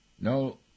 no